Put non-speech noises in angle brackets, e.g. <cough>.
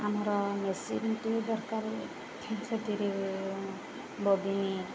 ଆମର ମେସିନଟି ଦରକାର ସେଥିରେ <unintelligible>